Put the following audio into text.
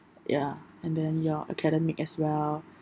ya and then your academic as well